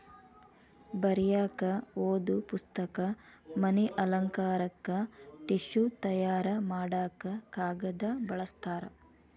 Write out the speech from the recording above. ಬರಿಯಾಕ ಓದು ಪುಸ್ತಕ, ಮನಿ ಅಲಂಕಾರಕ್ಕ ಟಿಷ್ಯು ತಯಾರ ಮಾಡಾಕ ಕಾಗದಾ ಬಳಸ್ತಾರ